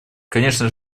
конечно